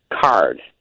card